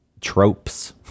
tropes